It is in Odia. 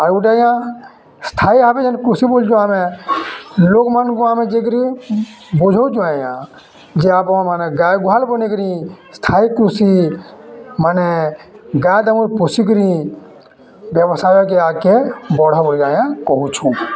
ଆର୍ ଗୁଟେ ଆଜ୍ଞା ସ୍ଥାୟୀ ଭାବେ ଯେନ୍ କୃଷି ବଲୁଚୁଁ ଆମେ ଲୋକ୍ମାନ୍କୁ ଆମେ ଯାଇକିରି ବୁଝଉଚୁଁ ଆଜ୍ଞା ଯେ ଆପଣ୍ମାନେ ଗାଏ ଗୁହାଲ୍ ବନେଇକିରି ସ୍ଥାୟୀ କୃଷିମାନେ ଗାଏ ଦାମୁର୍ ପୋଷିକିରି ବ୍ୟବସାୟକେ ଆଗ୍କେ ବଢ଼ ବୋଲି ଆଜ୍ଞା କହୁଛୁ